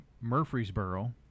Murfreesboro